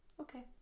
Okay